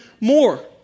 more